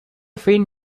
faint